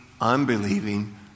unbelieving